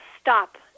stop